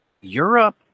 Europe